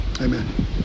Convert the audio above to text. Amen